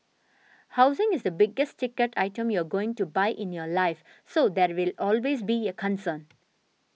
housing is the biggest ticket item you're going to buy in your life so there will always be a concern